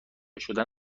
شدن